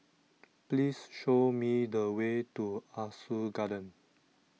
please show me the way to Ah Soo Garden